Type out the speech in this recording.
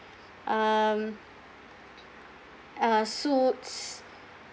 um uh suits